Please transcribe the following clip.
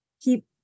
keep